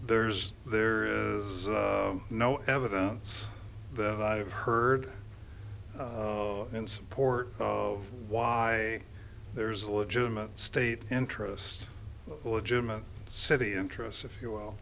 there's there is no evidence that i've heard in support of why there's a legitimate state interest legitimate city interest if